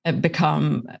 become